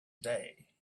day